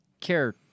care